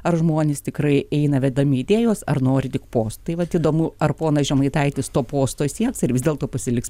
ar žmonės tikrai eina vedami idėjos ar nori tik postų tai vat įdomu ar ponas žemaitaitis to posto sieks ir vis dėlto pasiliks